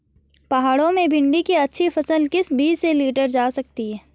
पहाड़ों में भिन्डी की अच्छी फसल किस बीज से लीटर जा सकती है?